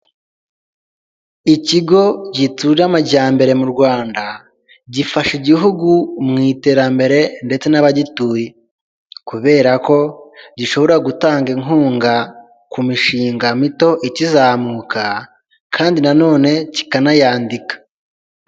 Ikigo gitsura amajyambere mu Rwanda gifasha igihugu mu iterambere ndetse n'abagituye, kubera ko gishobora gutanga inkunga ku mishinga mito ikizamuka kandi na none kikanayandika.